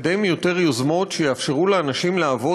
לקדם יותר יוזמות שיאפשרו לאנשים לעבוד